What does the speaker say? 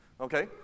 okay